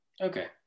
Okay